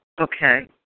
Okay